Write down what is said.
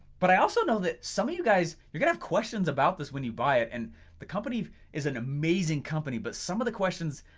but i also know that some of you guys you're going to have questions about this when you buy it and the company is an amazing company but some of the questions,